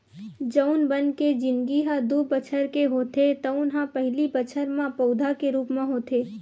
जउन बन के जिनगी ह दू बछर के होथे तउन ह पहिली बछर म पउधा के रूप म होथे